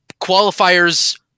qualifiers